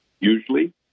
usually